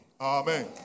Amen